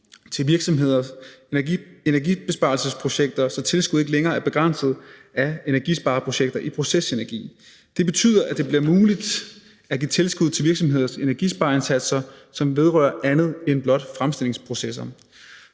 til virksomheders energibesparelsesprojekter, så tilskuddet ikke længere er begrænset af energibespareprojekter i procesenergi. Det betyder, at det bliver muligt at give tilskud til virksomheders energispareindsatser, som vedrører andet end blot fremstillingsprocesserne.